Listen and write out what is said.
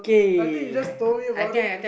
I think you just told me about it